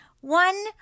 One